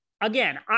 Again